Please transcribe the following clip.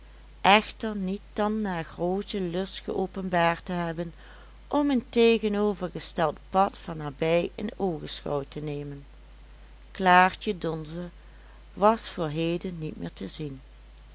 echter niet dan na grooten lust geopenbaard te hebben om een tegenovergesteld pad van nabij in oogenschouw te nemen klaartje donze was voor heden niet meer te zien